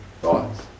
Thoughts